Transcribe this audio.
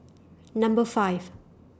Number five